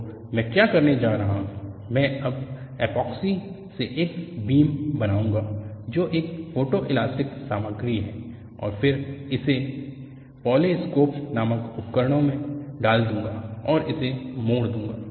तो मैं क्या करने जा रहा हूं मैं अब एपॉक्सी से एक बीम बनाऊंगा जो एक फोटोइलास्टिक सामग्री है और फिर इसे पोलरिस्कोप नामक उपकरणों में डाल दूंगा और इसे मोड़ दूंगा